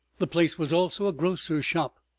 the place was also a grocer's shop,